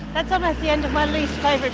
that's almost the end of my